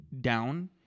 down